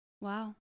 Wow